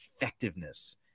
effectiveness